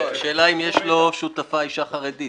השאלה אם יש לו שותפה אישה חרדית.